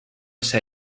sea